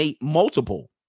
multiple